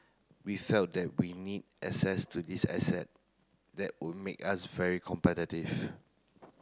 we felt that we need access to these asset that would make us very competitive